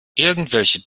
irgendwelche